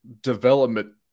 development